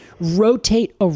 rotate